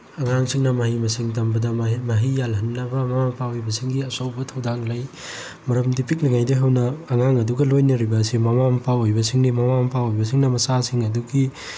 ꯑꯉꯥꯡꯁꯤꯡꯅ ꯃꯍꯩ ꯃꯁꯤꯡ ꯇꯝꯕꯗ ꯃꯍꯩ ꯌꯥꯜꯍꯟꯅꯕ ꯃꯃꯥ ꯃꯄꯥ ꯑꯣꯏꯕꯁꯤꯡꯒꯤ ꯑꯆꯧꯕ ꯊꯧꯗꯥꯡ ꯂꯩ ꯃꯔꯝꯗꯤ ꯄꯤꯛꯂꯤꯉꯩꯗꯒꯤ ꯍꯧꯅ ꯑꯉꯥꯡ ꯑꯗꯨꯒ ꯂꯣꯏꯅꯔꯤꯕ ꯑꯁꯤ ꯃꯃꯥ ꯃꯄꯥ ꯑꯣꯏꯕꯁꯤꯡꯅꯤ ꯃꯃꯥ ꯃꯄꯥ ꯑꯣꯏꯕꯁꯤꯡꯅ ꯃꯆꯥꯁꯤꯡ ꯑꯗꯨꯒꯤ